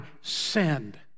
send